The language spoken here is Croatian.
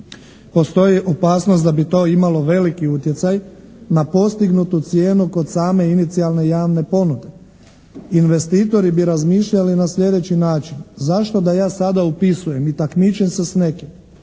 postoji opasnost da bi to imalo veliki utjecaj na postignutu cijenu kod same inicijalne javne ponude. Investitori bi razmišljali na sljedeći način, zašto da ja sada upisujem i takmičim se s nekim